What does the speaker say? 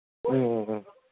ꯎꯝ ꯎꯝ ꯎꯝ